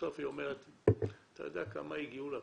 בסוף היא אומרת, אתה יודע כמה הגיעו לבחינה?